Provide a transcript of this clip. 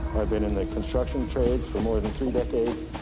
i've been in the construction trades for more than three decades.